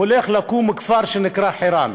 הולך לקום כפר שנקרא חירן,